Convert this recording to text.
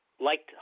liked